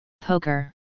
Poker